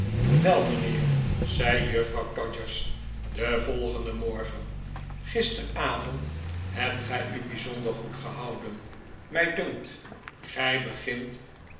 wel mijnheer zei juffrouw todgers den volgenden morgen gisterenavond hebt gij u bijzonder goed gehouden mij dunkt gij begint